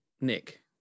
Nick